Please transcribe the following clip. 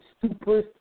super